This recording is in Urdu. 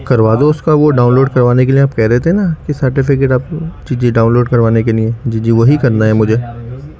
کروا دو اس کا وہ ڈاؤن لوڈ کروانے کے لیے آپ کہہ رہے تھے نا کہ سرٹیفکٹ آپ جی جی ڈاؤن لوڈ کروانے کے لیے جی جی وہی کرنا ہے مجھے